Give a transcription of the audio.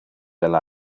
del